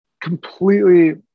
completely